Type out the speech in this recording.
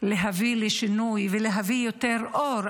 להביא לשינוי ולהביא יותר אור.